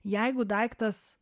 jeigu daiktas